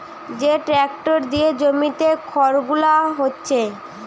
যে ট্যাক্টর দিয়ে জমিতে খড়গুলো পাচ্ছে